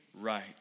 right